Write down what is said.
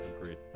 Agreed